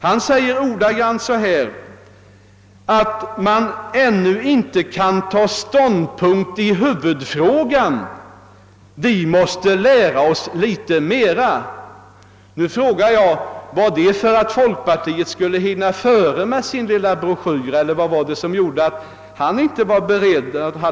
Han sade ordagrant att »man ännu inte kan ta ståndpunkt i huvudfrågan; vi måste lära oss litet mera». Nu frågar jag om detta skedde för att folkpartiet skulle hinna före med sin lilla broschyr eller vad var det som gjorde att han inte var beredd?